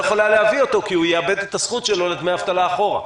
יכולה להביא את העובד כי הוא יאבד את הזכות שלו לדמי אבטלה אחורה.